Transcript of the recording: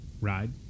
ride